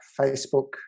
Facebook